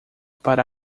para